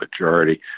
majority